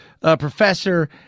professor